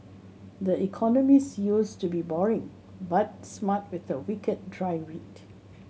the Economist used to be boring but smart with a wicked dry wit